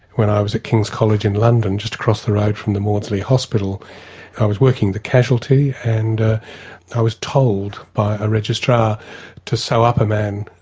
when i was at king's college in london just across the road from the maudsley hospital i was working in casualty and ah i was told by a registrar to sew up a man,